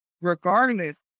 regardless